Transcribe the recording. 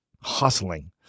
hustling